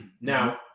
Now